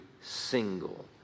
single